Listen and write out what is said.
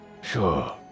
Sure